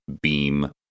beam